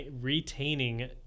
retaining